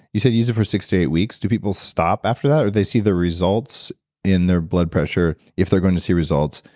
you say you use it for six to eight weeks. do people stop after that or they see the results in their blood pressure if they're going to see results?